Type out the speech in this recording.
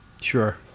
Sure